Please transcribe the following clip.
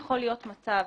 מצב